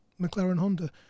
McLaren-Honda